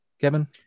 Kevin